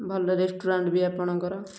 ଭଲ ରେଷ୍ଟୁରାଣ୍ଟ ବି ଆପଣଙ୍କର